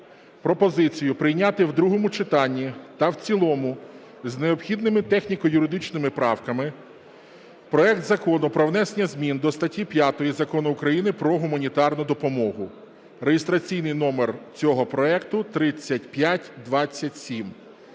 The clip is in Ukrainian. пропозицію прийняти в другому читанні та в цілому з необхідними техніко-юридичними правками проект Закону про внесення змін до статті 5 Закону України "Про гуманітарну допомогу" (реєстраційний номер цього проекту 3527).